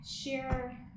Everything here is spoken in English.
Share